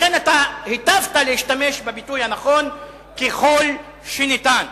לכן היטבת להשתמש בביטוי הנכון: "ככל שניתן".